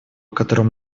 которым